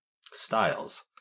styles